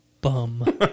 bum